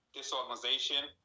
disorganization